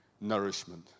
nourishment